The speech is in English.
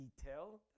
detail